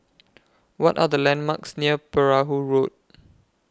What Are The landmarks near Perahu Road